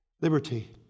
liberty